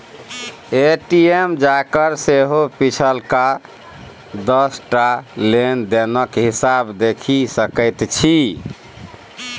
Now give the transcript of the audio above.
ATM जाकए सेहो पिछलका दस टा लेन देनक हिसाब देखि सकैत छी